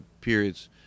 periods